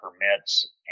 permits